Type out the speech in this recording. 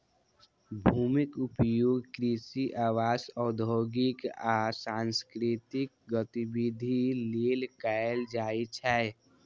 भूमिक उपयोग कृषि, आवास, औद्योगिक आ सांस्कृतिक गतिविधि लेल कैल जाइ छै